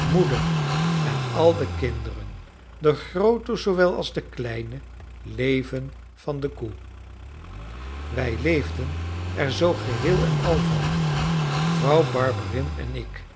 moeder en al de kinderen de groote zoowel als de kleine leven van de koe wij leefden er zoo geheel-en-al van vrouw barberin en ik